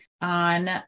on